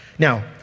Now